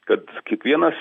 kad kiekvienas